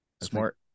Smart